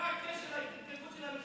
מה הקשר לחוק בין,